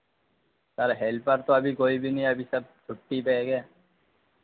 sir helper तो अभी कोई भी नहीं है अभी सब छुट्टी पर है गए